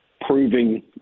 proving